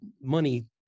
money